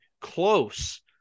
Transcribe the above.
close